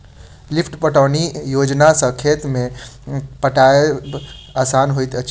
lift पटौनी योजना सॅ खेत पटायब आसान होइत अछि